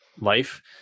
life